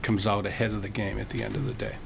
comes out ahead of the game at the end of the day